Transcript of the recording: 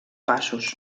passos